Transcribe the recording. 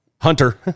Hunter